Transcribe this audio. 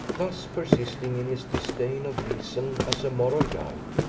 thus persisting in his disdain of reason as a moral guide,